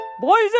Boys